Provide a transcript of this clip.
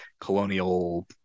colonial